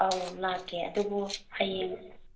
ꯑꯧ ꯂꯥꯛꯀꯦ ꯑꯗꯨꯕꯨ ꯍꯌꯦꯡ